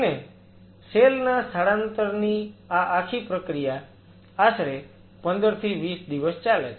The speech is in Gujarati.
અને સેલ ના સ્થળાંતરની આ આખી પ્રક્રિયા આશરે 15 થી 20 દિવસ ચાલે છે